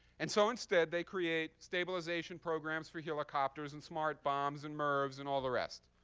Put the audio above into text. and so instead, they create stabilization programs for helicopters and smart bombs and mirvs, and all the rest.